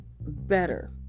better